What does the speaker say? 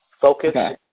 Focus